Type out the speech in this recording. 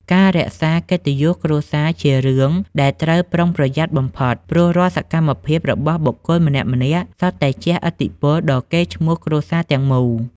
ការរក្សាកិត្តិយសគ្រួសារជារឿងដែលត្រូវប្រុងប្រយ័ត្នបំផុត ព្រោះរាល់សកម្មភាពរបស់បុគ្គលម្នាក់ៗ សុទ្ធតែជះឥទ្ធិពលដល់កេរ្តិ៍ឈ្មោះគ្រួសារទាំងមូល។